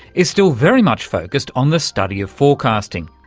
is still very much focussed on the study of forecasting,